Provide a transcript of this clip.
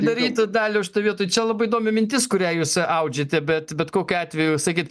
daryt daliau šitoj vietoj čia labai įdomi mintis kurią jūs audžiate bet bet kokiu atveju sakyt